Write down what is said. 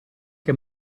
che